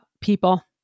People